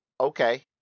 okay